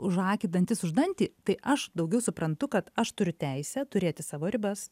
už akį dantis už dantį tai aš daugiau suprantu kad aš turiu teisę turėti savo ribas